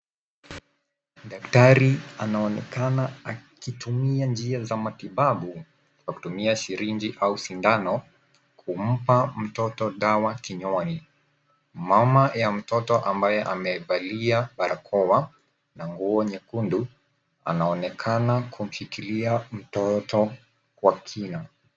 Daktari anaonekana akitumia njia za matibabu kwa kutimia sirinji au sindano kumpa mtoto dawa kinywani. Mama ya mtoto ambaye amevali barakoa na nguo nyekundu anaonekana kumshikilia mtoto kwa kina.